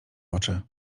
oczy